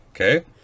Okay